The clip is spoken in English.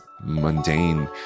mundane